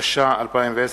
התש"ע 2010,